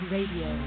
Radio